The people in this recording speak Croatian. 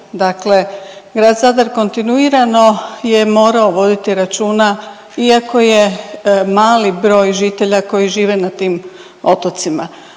dakle grad Zadar kontinuirano je morao voditi računa iako je mali broj žitelja koji žive na tim otocima.